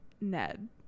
ned